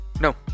No